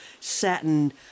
satin